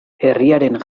herriaren